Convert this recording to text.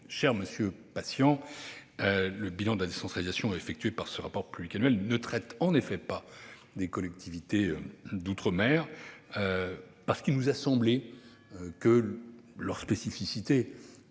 Monsieur Patient, le bilan de la décentralisation tel qu'il est dressé dans ce rapport public annuel ne traite en effet pas des collectivités d'outre-mer, parce qu'il nous a semblé que leur spécificité